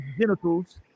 genitals